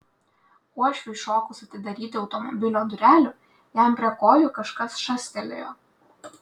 uošviui šokus atidaryti automobilio durelių jam prie kojų kažkas šastelėjo